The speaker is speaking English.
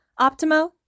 Optimo